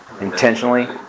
intentionally